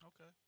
Okay